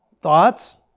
Thoughts